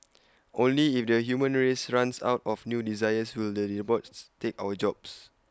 only if the human race runs out of new desires will the robots take our jobs